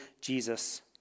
Jesus